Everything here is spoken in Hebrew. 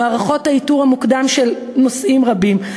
במערכות האיתור המוקדם של נושאים רבים,